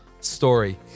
story